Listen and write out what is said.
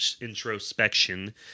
introspection